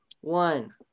one